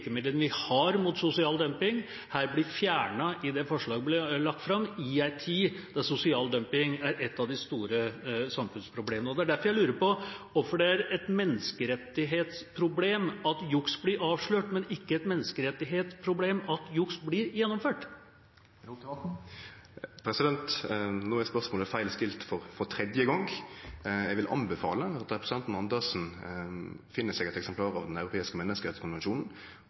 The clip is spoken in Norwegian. virkemidlene vi har mot sosial dumping, blir fjernet i det forslaget som er lagt fram, i en tid hvor sosial dumping er et av de store samfunnsproblemene. Det er derfor jeg lurer på hvorfor det er et menneskerettighetsproblem at juks blir avslørt, men ikke et menneskerettighetsproblem at juks blir gjennomført. No er spørsmålet feil stilt for tredje gong. Eg vil anbefale at representanten Andersen finn seg eit eksemplar av Den europeiske menneskerettskonvensjonen